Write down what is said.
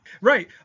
Right